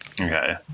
Okay